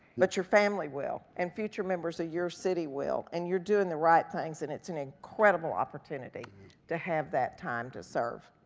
but your family will and future members of ah your city will, and you're doing the right things, and it's an incredible opportunity to have that time to serve.